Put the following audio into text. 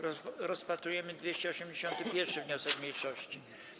Rozpatrujemy 281. wniosek mniejszości.